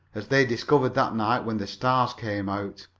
as they discovered that night, when the stars came out.